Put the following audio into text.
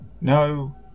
No